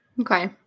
Okay